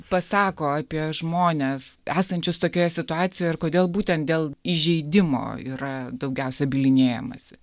pasako apie žmones esančius tokioje situacijoje ir kodėl būtent dėl įžeidimo yra daugiausia bylinėjamasi